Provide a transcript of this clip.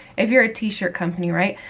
if you're a t-shirt company, right,